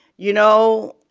you know?